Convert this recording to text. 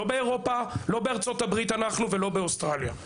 אנחנו לא באירופה, לא בארצות הברית ולא באוסטרליה.